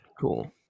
Cool